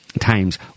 times